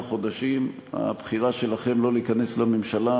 חודשים: הבחירה שלכם שלא להיכנס לממשלה,